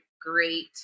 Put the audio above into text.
great